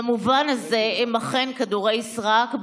במובן הזה הם אכן כדורי סרק,